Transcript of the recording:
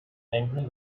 angry